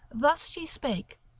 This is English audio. thus she spake,